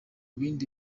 bindi